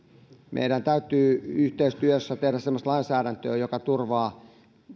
meidän täytyy yhteistyössä tehdä semmoista lainsäädäntöä joka turvaa